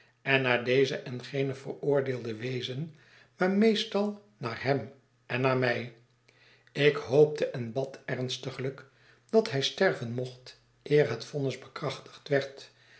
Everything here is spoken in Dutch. en naar dezen en genen veroordeelde wezen maar meestal naar hem en naar mij ik hoopte en bad r ernstiglijk dat hij sterven mocht eer het vonnis bekrachtigd werd